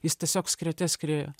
jis tiesiog skriete skrieja